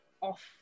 off